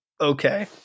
Okay